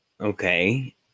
okay